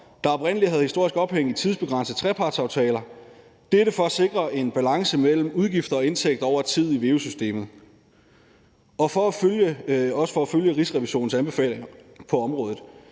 der oprindelig havde historisk ophæng i tidsbegrænsede trepartsaftaler. Dette var for at sikre en balance mellem udgifter og indtægter over tid i veu-systemet og også for at følge Rigsrevisionens anbefalinger på området.